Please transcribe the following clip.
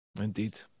indeed